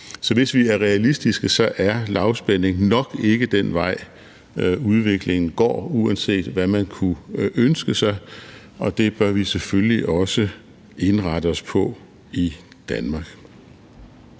så hvis vi er realistiske, er lavspænding nok ikke den vej, udviklingen går, uanset hvad man kunne ønske sig, og det bør vi selvfølgelig også indrette os på i Danmark.